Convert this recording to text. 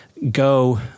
go